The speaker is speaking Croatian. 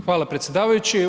Hvala predsjedavajući.